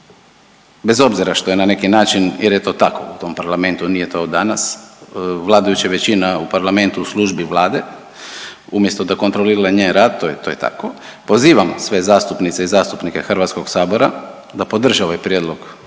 bez obzira što je na neki način jer je to tako u tom parlamentu, nije to od danas. Vladajuća većina u parlamentu u službi Vlade umjesto da kontrolira njen rad to je tako, pozivamo sve zastupnice i zastupnike Hrvatskoga sabora da podrže ovaj Prijedlog